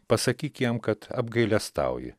pasakyk jam kad apgailestauji